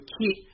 keep